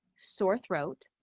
sore throat,